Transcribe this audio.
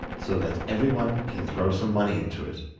so that everyone can throw some money into it.